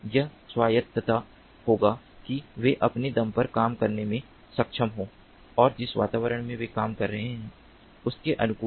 यह स्वायत्त होगा कि वे अपने दम पर काम करने में सक्षम हों और जिस वातावरण में वे काम कर रहे हैं उसके अनुकूल हो